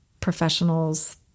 professionals